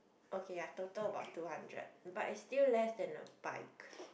okay ya total about two hundred but it's still less than a bike